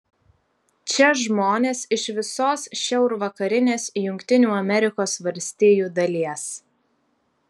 čia žmonės iš visos šiaurvakarinės jungtinių amerikos valstijų dalies